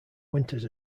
winters